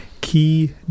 key